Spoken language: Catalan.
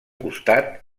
costat